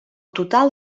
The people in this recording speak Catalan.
total